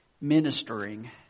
ministering